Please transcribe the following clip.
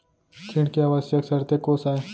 ऋण के आवश्यक शर्तें कोस आय?